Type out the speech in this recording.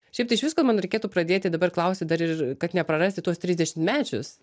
šiaip tai išvis ko man reikėtų pradėti dabar klausti dar ir kad neprarasti tuos trisdešimmečius